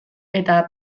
eta